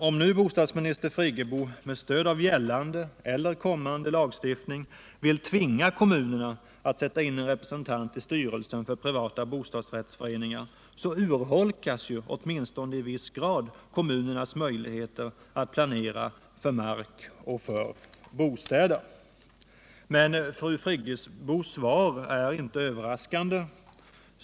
Om nu bostadsminister Friggebo med stöd av gällande eller kommande lagstiftning vill tvinga kommunerna att sätta in en representant i styrelsen för privata bostadsrättsföreningar, urholkas åtminstone i viss grad kommunernas möjligheter att planera för mark och för bostäder. Men fru Friggebos svar är inte överraskande.